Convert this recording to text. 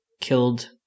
killed